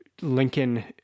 Lincoln